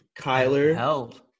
Kyler